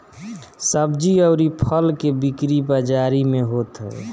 सब्जी अउरी फल के बिक्री बाजारी में होत हवे